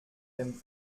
dem